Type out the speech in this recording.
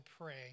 pray